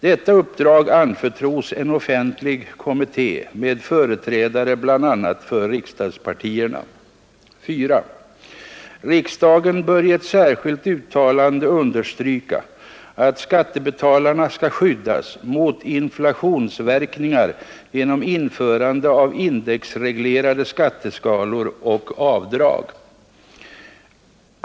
Detta uppdrag anförtros en offentlig kommitté med företrädare bl.a. för riksdagspartierna. 4. Riksdagen bör i ett särskilt uttalande understryka att skattebetalarna skall skyddas mot inflationsverkningar genom införande av indexreglerade skatteskalor och avdrag.